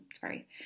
sorry